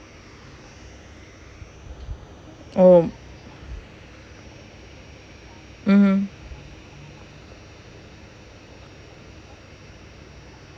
oh mmhmm